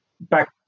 back